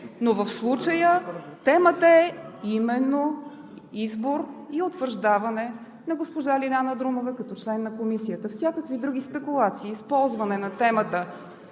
Но в случая темата е именно избор и утвърждаване на госпожа Лиляна Друмева като член на Комисията. Всякакви други спекулации и използване на темата